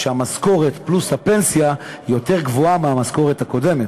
המשכורת פלוס הפנסיה יותר גבוהה מהמשכורת הקודמת